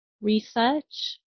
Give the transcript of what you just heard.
research